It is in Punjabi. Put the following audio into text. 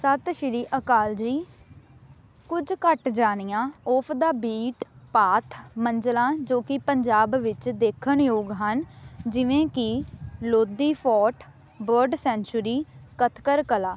ਸਤਿ ਸ਼੍ਰੀ ਅਕਾਲ ਜੀ ਕੁਝ ਘੱਟ ਜਾਣੀਆਂ ਔਫ ਦਾ ਬੀਟ ਪਾਥ ਮੰਜ਼ਿਲਾਂ ਜੋ ਕਿ ਪੰਜਾਬ ਵਿੱਚ ਦੇਖਣ ਯੋਗ ਹਨ ਜਿਵੇਂ ਕਿ Lodhi fort bird sanctuary Khatkar Kalan